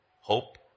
hope